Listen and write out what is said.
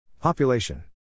Population